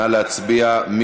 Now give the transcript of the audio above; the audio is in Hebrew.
התשע"ז 2017. נא להצביע.